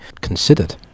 considered